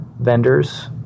vendors